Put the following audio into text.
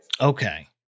Okay